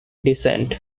descent